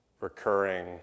recurring